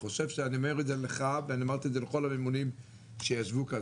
אני אומר את זה לך ואני אמרתי את זה לכל הממונים שישבו כאן.